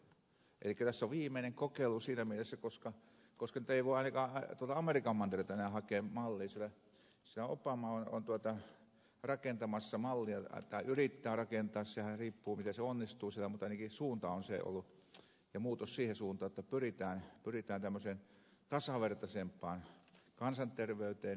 elikkä tässä on viimeinen kokeilu siinä mielessä koska nyt ei voi ainakaan tuolta amerikan mantereelta enää hakea mallia sillä siellä obama on rakentamassa mallia tai yrittää rakentaa sehän riippuu miten se onnistuu siellä mutta ainakin suunta on ollut ja muutos siihen suuntaan että pyritään tämmöiseen tasavertaisempaan kansanterveyteen